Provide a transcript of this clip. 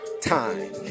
time